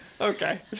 Okay